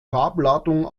farbladung